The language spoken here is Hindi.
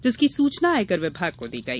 जिसकी सूचना आयकर विभाग को दी गई